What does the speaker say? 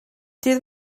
dydd